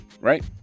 right